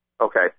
Okay